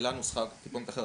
השאלה נוסחה טיפונת אחרת.